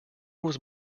was